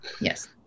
Yes